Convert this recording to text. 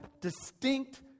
distinct